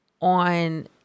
on